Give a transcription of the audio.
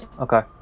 Okay